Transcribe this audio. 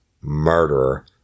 murderer